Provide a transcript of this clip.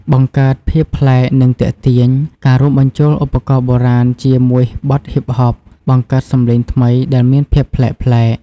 បង្កើតភាពប្លែក និងទាក់ទាញ ការរួមបញ្ចូលឧបករណ៍បុរាណជាមួយបទហ៊ីបហបបង្កើតសម្លេងថ្មី ដែលមានភាពប្លែកៗ។